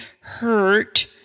hurt